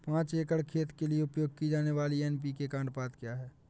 पाँच एकड़ खेत के लिए उपयोग की जाने वाली एन.पी.के का अनुपात क्या है?